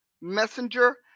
messenger